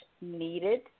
needed